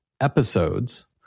episodes